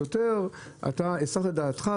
ל-3,800,